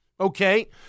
okay